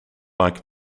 like